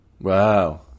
Wow